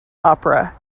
opera